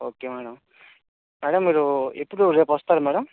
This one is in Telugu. ఓకే మేడమ్ అదే మీరు ఎప్పుడు రేపు వస్తారా మేడమ్